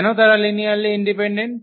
কেন তারা linearly independent